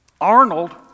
Arnold